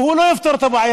והוא לא יפתור את הבעיה,